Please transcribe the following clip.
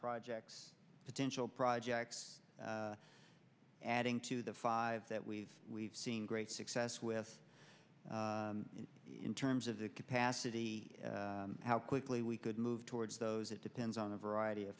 projects potential projects adding to the five that we've we've seen great success with in terms of the capacity how quickly we could move towards those it depends on a variety of